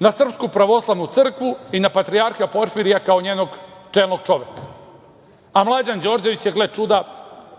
na Srpsku pravoslavnu crkvu i na patrijarha Porfirija kao njenog čelnog čoveka, a Mlađan Đorđević je, gle čuda,